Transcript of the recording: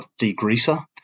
degreaser